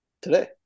today